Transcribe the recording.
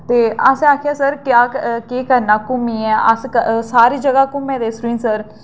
ते असें आखेआ सर केह् करना घुम्मियै अस सारी जगह घुम्मै दे सरूईंसर